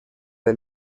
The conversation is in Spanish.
del